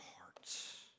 hearts